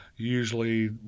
Usually